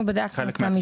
חלק מהתסקיר הסביבתי.